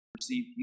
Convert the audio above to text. Receive